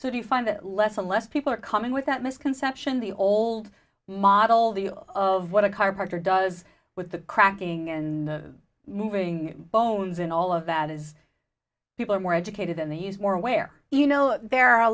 so do you find that less and less people are coming with that misconception the old model the of what a chiropractor does with the cracking and the moving bones and all of that as people are more educated and he's more aware you know there are a